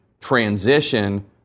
transition